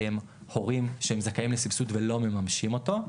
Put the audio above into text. הורים שהם זכאים לסבסוד ולא ממשים אותו,